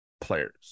players